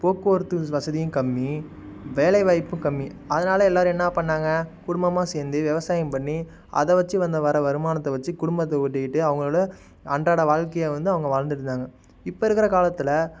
போக்குவரத்து வசதியும் கம்மி வேலைவாய்ப்பும் கம்மி அதனால் எல்லாரும் என்ன பண்ணாங்க குடும்பமா சேர்ந்து விவசாயம் பண்ணி அதை வச்சு வந்த வர வருமானத்தை வச்சு குடும்பத்தை ஒட்டிக்கிட்டு அவங்களோட அன்றாட வாழ்க்கையை வந்து அவங்க வாழ்ந்துட் இருந்தாங்க இப்போ இருக்கிற காலத்தில்